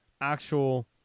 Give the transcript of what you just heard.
actual